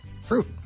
fruit